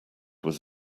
was